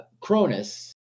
Cronus